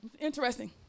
interesting